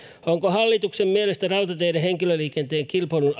onko hallituksen mielestä rautateiden henkilöliikenteen kilpailun